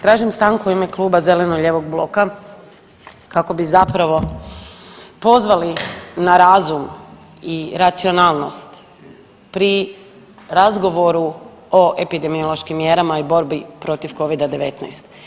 Tražim stanku u ime Kluba zeleno-lijevog bloka kako bi zapravo pozvali na razum i racionalnost pri razgovoru o epidemiološkim mjerama i borbi protiv covida-19.